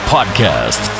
Podcast